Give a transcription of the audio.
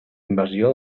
invasió